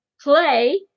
play